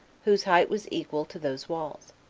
whose height was equal to those walls.